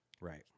Right